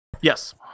Yes